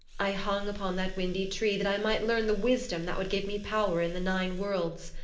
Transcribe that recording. i hung upon that windy tree that i might learn the wisdom that would give me power in the nine worlds.